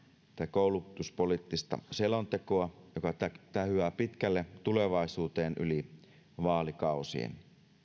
koulutuspoliittista selontekoa joka tähyää pitkälle tulevaisuuteen yli vaalikausien